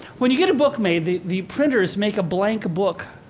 when you get a book made, the the printers make a blank book.